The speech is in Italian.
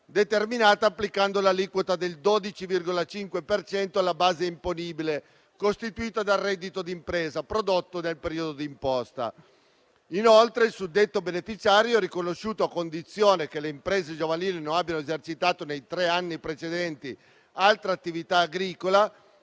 determinata applicando l'aliquota del 12,5 per cento alla base imponibile, costituita dal reddito d'impresa prodotto nel periodo d'imposta. Il suddetto beneficio è riconosciuto a condizione che le imprese giovanili non abbiano esercitato nei tre anni precedenti altra attività agricola